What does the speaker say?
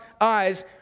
eyes